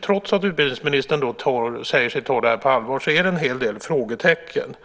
Trots att utbildningsministern säger sig ta detta på allvar finns det dock en hel del frågetecken.